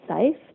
safe